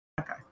Okay